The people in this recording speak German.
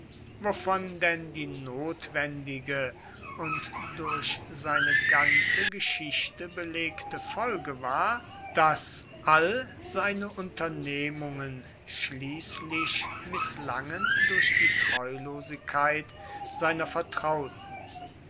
wovon denn die notwendige und durch seine ganze geschichte belegte folge war daß all seine unternehmungen schließlich mißlangen durch die treulosigkeit seiner vertrauten